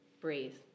breathe